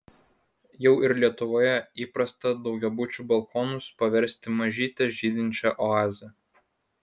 jau ir lietuvoje įprasta daugiabučių balkonus paversti mažyte žydinčia oaze